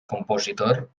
compositor